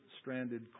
stranded